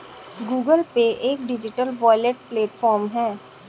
Google pay एक digital wallet platform है